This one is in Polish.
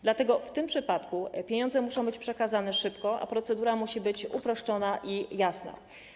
Dlatego w tym przypadku pieniądze muszą być przekazane szybko, a procedura musi być uproszczona i jasna.